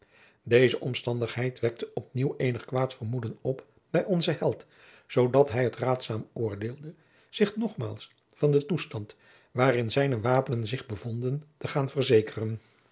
deze omstandigheid wekte op nieuw eenig kwaad vermoeden op bij onzen held zoodat hij het raadzaam oordeelde zich nogmaals van den toestand waarin zijne wapenen zich bevonden te gaan verzekeren